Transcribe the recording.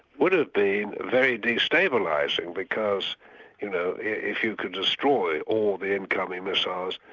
would have been very destabilising because you know if you could destroy all the incoming missiles,